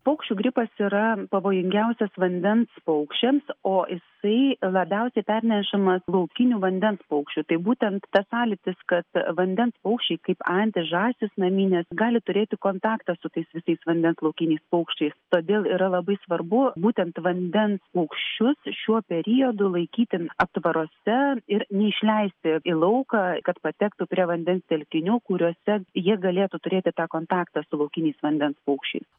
paukščių gripas yra pavojingiausias vandens paukščiams o jisai labiausiai pernešamas laukinių vandens paukščių tai būtent tas sąlytis kad vandens paukščiai kaip antys žąsys naminės gali turėti kontaktą su tais visais vandens laukiniais paukščiais todėl yra labai svarbu būtent vandens paukščius šiuo periodu laikyti aptvaruose ir neišleisti į lauką kad patektų prie vandens telkinių kuriuose jie galėtų turėti tą kontaktą su laukiniais vandens paukščiais